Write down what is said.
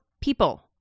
people